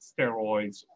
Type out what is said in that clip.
steroids